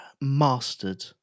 mastered